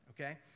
okay